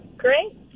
great